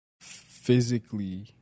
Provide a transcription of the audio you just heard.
physically